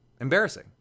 Embarrassing